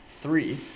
Three